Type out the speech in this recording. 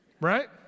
right